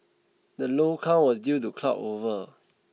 the low count was due to cloud over